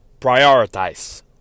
prioritize